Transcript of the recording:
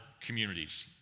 communities